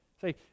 say